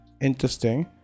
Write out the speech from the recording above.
interesting